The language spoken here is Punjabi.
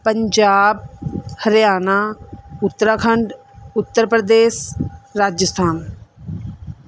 ਪੰਜਾਬ ਹਰਿਆਣਾ ਉੱਤਰਾਖੰਡ ਉੱਤਰ ਪ੍ਰਦੇਸ਼ ਰਾਜਸਥਾਨ